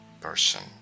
person